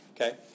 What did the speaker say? Okay